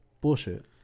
Bullshit